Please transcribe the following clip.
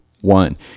one